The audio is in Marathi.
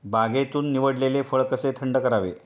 बागेतून निवडलेले फळ कसे थंड करावे?